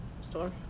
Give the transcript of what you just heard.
store